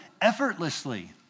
effortlessly